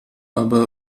aber